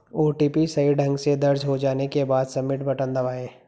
OTP सही ढंग से दर्ज हो जाने के बाद, सबमिट बटन दबाएं